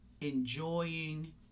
Enjoying